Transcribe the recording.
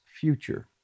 future